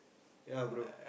ya bro